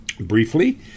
Briefly